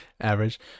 Average